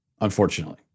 unfortunately